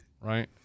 Right